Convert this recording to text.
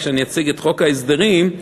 כשאציג את חוק ההסדרים,